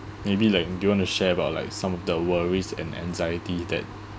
maybe like do you want to share about like some of the worries and anxiety that